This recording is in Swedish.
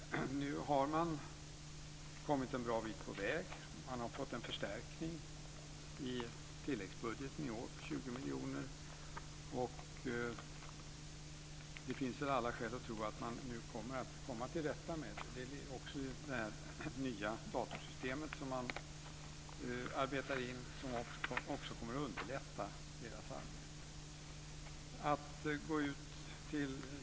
Nu har man kommit en bra bit på väg. Man har fått en förstärkning i tilläggsbudgeten i år på 20 miljoner. Det finns alla skäl att tro att man nu kommer att komma till rätta med det här. Det gäller också det nya datasystem som man arbetar in. Det kommer att underlätta deras arbete.